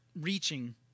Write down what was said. reaching